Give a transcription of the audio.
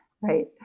right